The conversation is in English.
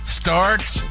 starts